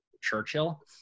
Churchill